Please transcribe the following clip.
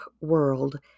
world